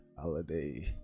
holiday